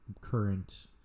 current